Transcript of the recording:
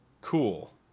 cool